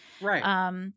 Right